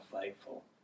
faithful